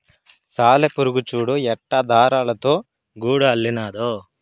సాలెపురుగు చూడు ఎట్టా దారాలతో గూడు అల్లినాదో